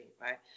right